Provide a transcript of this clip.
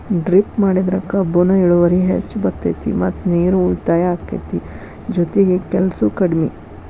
drip ಮಾಡಿದ್ರ ಕಬ್ಬುನ ಇಳುವರಿ ಹೆಚ್ಚ ಬರ್ತೈತಿ ಮತ್ತ ನೇರು ಉಳಿತಾಯ ಅಕೈತಿ ಜೊತಿಗೆ ಕೆಲ್ಸು ಕಡ್ಮಿ